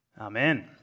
Amen